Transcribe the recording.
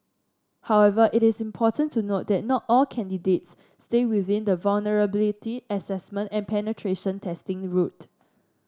however it is important to note that not all candidates stay within the vulnerability assessment and penetration testing route